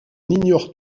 ignore